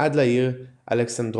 עד לעיר אלכסנדרופולי.